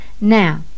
now